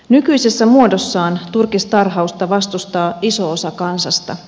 nykyisessä muodossaan turkistarhausta vastustaa iso osa kansasta